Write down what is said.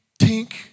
tink